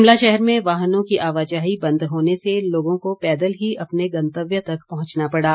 शिमला शहर में वाहनों की आवाजाही बंद होने से लोगों को पैदल ही अपने गंतव्य तक पहुंचना पड़ा